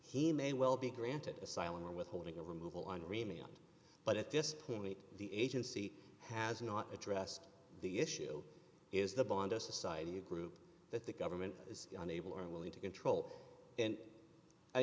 he may well be granted asylum or withholding of removal on remained but at this point the agency has not addressed the issue is the bondo society a group that the government is unable or unwilling to control and i